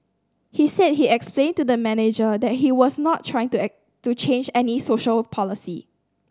he said he explained to the manager that he was not trying to change any social policy